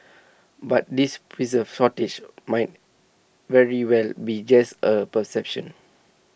but this preserve shortage might very well be just A perception